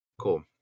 Cool